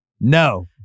No